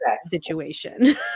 situation